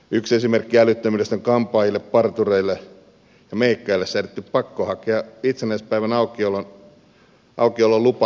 yksi esimerkki älyttömyydestä on kampaajille partureille ja meikkaajille säädetty pakko hakea itsenäisyyspäivän aukiololupa aluehallintovirastosta